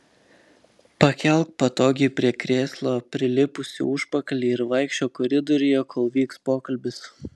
pakelk patogiai prie krėslo prilipusį užpakalį ir vaikščiok koridoriuje kol vyks pokalbis